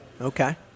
Okay